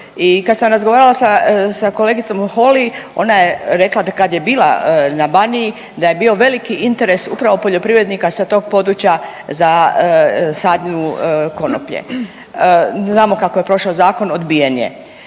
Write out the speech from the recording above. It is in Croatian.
I kad sam razgovarala sa kolegicom Holy ona je rekla, da kad je bila na Baniji da je bio veliki interes upravo poljoprivrednika sa tog područja za sadnju konoplje. Znamo kako je prošao zakon, odbijen je.